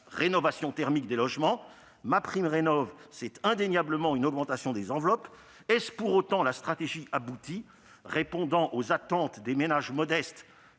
rénovation thermique des logements. MaPrimeRénov', c'est indéniablement une augmentation des enveloppes. Est-ce pour autant la stratégie aboutie, répondant aux attentes des ménages modestes